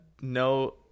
No